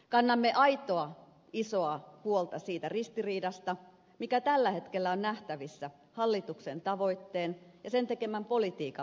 kannamme aitoa isoa huolta siitä ristiriidasta mikä tällä hetkellä on nähtävissä hallituksen tavoitteen ja sen tekemän politiikan välillä